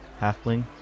Halfling